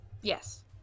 Yes